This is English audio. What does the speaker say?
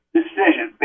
decision